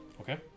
Okay